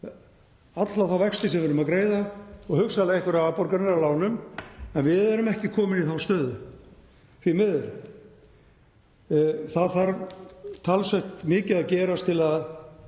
alla þá vexti sem við erum að greiða og hugsanlega einhverjar afborganir af lánum. En við erum ekki komin í þá stöðu, því miður. Það þarf talsvert mikið að gerast til að